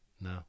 No